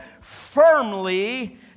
firmly